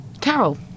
Carol